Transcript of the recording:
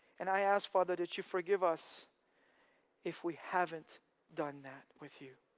and i ask father, that you forgive us if we haven't done that with you.